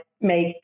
make